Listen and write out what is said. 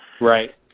Right